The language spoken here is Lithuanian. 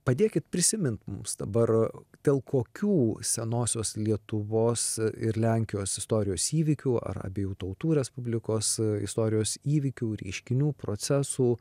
padėkit prisimint mums dabar dėl kokių senosios lietuvos ir lenkijos istorijos įvykių ar abiejų tautų respublikos istorijos įvykių reiškinių procesų